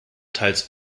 teils